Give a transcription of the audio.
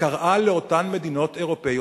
וקראה לאותן מדינות אירופיות